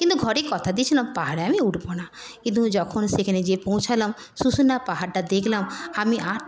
কিন্তু ঘরে কথা দিয়েছিলাম পাহাড়ে আমি উঠব না কিন্তু যখন সেখানে যেয়ে পৌঁছোলাম শুশুনিয়া পাহারটা দেখলাম আমি আর